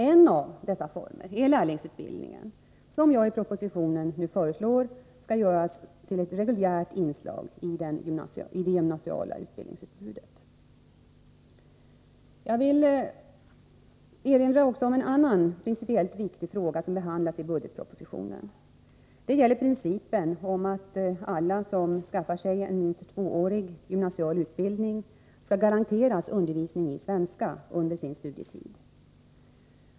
En av dessa former är lärlingsutbildningen, som jag i budgetpropositionen föreslår skall göras till ett reguljärt inslag i det gymnasiala utbildningsutbudet. Jag vill också erinra om en annan principiellt viktig fråga som behandlas i budgetpropositionen. Det gäller principen om att alla som skaffar sig en minst tvåårig gymnasial utbildning skall garanteras undervisning i svenska under sin studietid.